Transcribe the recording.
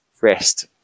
rest